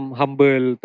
humble